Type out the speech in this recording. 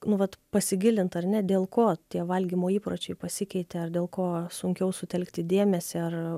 nu vat pasigilint ar ne dėl ko tie valgymo įpročiai pasikeitė ar dėl ko sunkiau sutelkti dėmesį ar